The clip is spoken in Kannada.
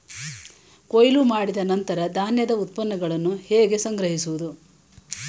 ಕೊಯ್ಲು ಮಾಡಿದ ನಂತರ ಧಾನ್ಯದ ಉತ್ಪನ್ನಗಳನ್ನು ಹೇಗೆ ಸಂಗ್ರಹಿಸುವುದು?